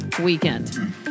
weekend